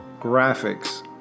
graphics